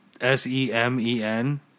S-E-M-E-N